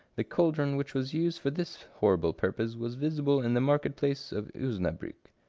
the caldron which was used for this horrible purpose was visible in the market-place of osnabriick.